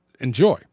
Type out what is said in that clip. enjoy